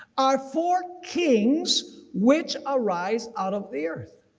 are four kings which arise out of the earth.